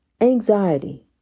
Anxiety